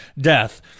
death